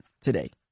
today